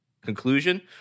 Conclusion